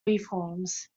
reforms